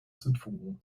zündfunken